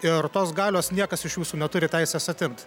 ir tos galios niekas iš jūsų neturi teisės atimt